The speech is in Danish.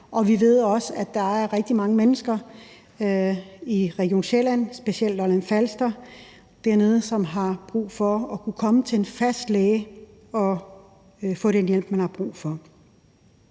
mig. Vi ved også, at der er rigtig mange mennesker i Region Sjælland, specielt Lolland-Falster, som har brug for at kunne komme til en fast læge og få den hjælp, de har brug for.